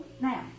Now